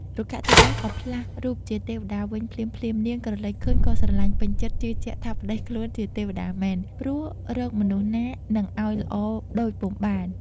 រុក្ខទេវតាក៏ផ្លាស់រូបជាទេវតាវិញភ្លាមៗ នាងក្រឡេកឃើញក៏ស្រលាញ់ពេញចិត្ដ ជឿជាក់ ថាប្ដីខ្លួនជាទេវតាមែន ព្រោះរកមនុស្សណានិងឱ្យល្អដូចពុំបាន ។